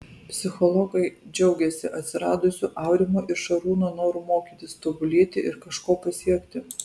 psichologai džiaugiasi atsiradusiu aurimo ir šarūno noru mokytis tobulėti ir kažko pasiekti